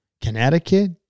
Connecticut